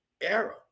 era